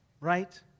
right